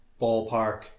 ballpark